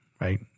Right